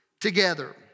together